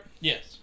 Yes